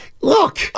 look